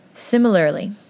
Similarly